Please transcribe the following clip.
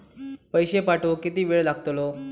पैशे पाठवुक किती वेळ लागतलो?